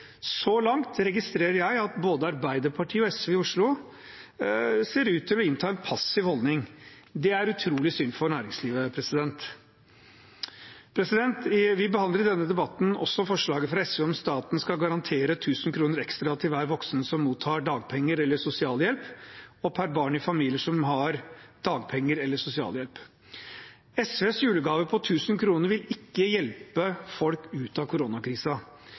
så fort som mulig. Så langt registrerer jeg at både Arbeiderpartiet og SV i Oslo ser ut til å innta en passiv holdning. Det er utrolig synd for næringslivet. Vi behandler i denne debatten også forslaget fra SV om at staten skal garantere 1 000 kr ekstra til hver voksen som mottar dagpenger eller sosialhjelp, og 1 000 kr per barn i familier som har dagpenger eller sosialhjelp. SVs julegave på 1 000 kr vil ikke hjelpe folk ut av